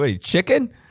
chicken